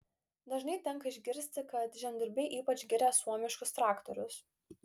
dažnai tenka išgirsti kad žemdirbiai ypač giria suomiškus traktorius